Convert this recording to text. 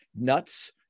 nuts